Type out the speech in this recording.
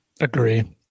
Agree